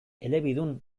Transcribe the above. elebidun